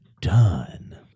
done